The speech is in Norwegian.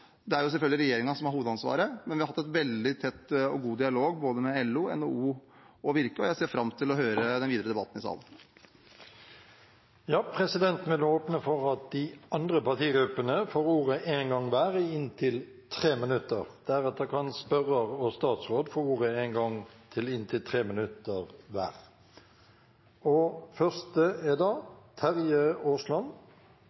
Det er selvfølgelig regjeringen som har hovedansvaret, men vi har hatt en veldig tett og god dialog med både LO, NHO og Virke, og jeg ser fram til å høre den videre debatten i salen. Jeg vil takke finansministeren for omrisset av ordningen, som virker både sjenerøs og godt innrettet. Det er ingen tvil om at det med lønnsstøtte og en lønnsstøtteordning har vært etterspurt, og det har vært diskusjon om dette både under forrige nedstengning og i det som vi er